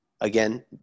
again